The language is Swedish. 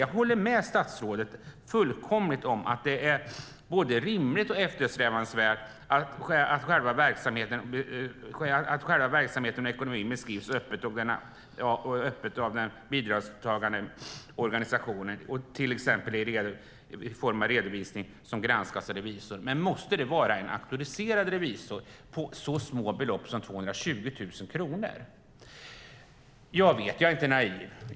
Jag håller med statsrådet fullkomligt om att det är både rimligt och eftersträvansvärt att själva verksamheten och ekonomin beskrivs öppet av den bidragsmottagande organisationen, till exempel i form av redovisningar som granskats av revisorer. Men måste det vara en auktoriserad revisor för så små belopp som 220 000 kronor? Jag är inte naiv.